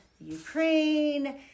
Ukraine